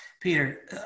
Peter